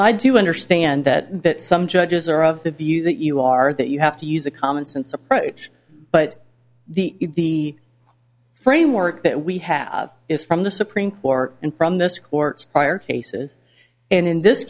i do understand that but some judges are of the view that you are that you have to use a commonsense approach but the framework that we have is from the supreme court and from this court's prior cases and in this